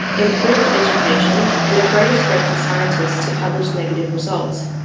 improved education and a greater scope for scientists to publish negative results.